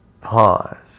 Pause